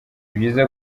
byiza